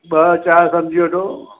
ॿ चारि सम्झी वठो